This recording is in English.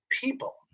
people